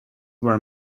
were